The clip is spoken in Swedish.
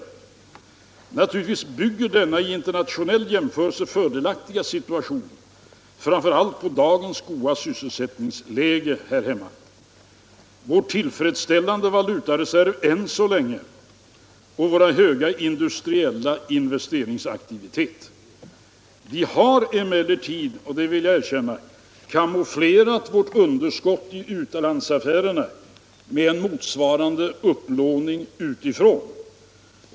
Naturligtvis bygger denna vid internationell jämförelse fördelaktiga situation framför allt på dagens goda sysselsättningsläge här hemma, vår än så länge tillfredsställande valutareserv och vår höga industriella investeringsaktivitet. Vi har emellertid, det vill jag erkänna, camouflerat vårt underskott i utlandsaffärerna med en motsvarande upplåning utifrån.